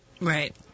Right